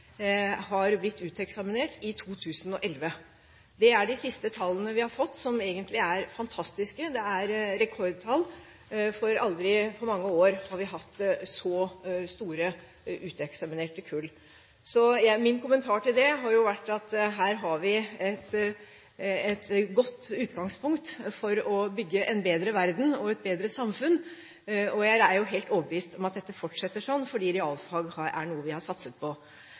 har blitt uteksaminert i 2011. Det er de siste tallene vi har fått, som egentlig er fantastiske. Det er rekordtall, for aldri – på mange år – har vi hatt så store uteksaminerte kull. Min kommentar til det har vært at her har vi et godt utgangspunkt for å bygge en bedre verden og et bedre samfunn, og jeg er helt overbevist om at dette fortsetter sånn, fordi realfag er noe vi har satset på.